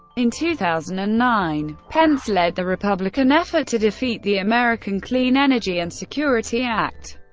in two thousand and nine, pence led the republican effort to defeat the american clean energy and security act,